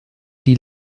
die